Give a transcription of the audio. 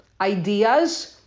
ideas